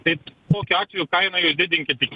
taip tokiu atveju kainą išdidinkit iki